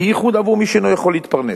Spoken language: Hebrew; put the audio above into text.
בייחוד עבור מי שאינו יכול להתפרנס,